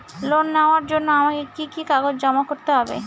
Loan নেওয়ার জন্য আমাকে কি কি কাগজ জমা করতে হবে?